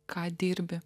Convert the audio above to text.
ką dirbi